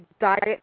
diet